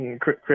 Chris